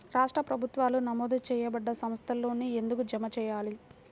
రాష్ట్ర ప్రభుత్వాలు నమోదు చేయబడ్డ సంస్థలలోనే ఎందుకు జమ చెయ్యాలి?